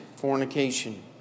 fornication